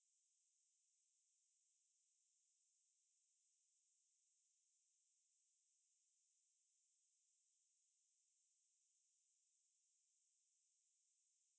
it's different parts so it's not a video submission the two things that you submit before the video err like it's a it's the script and then like just general like a character